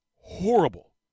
horrible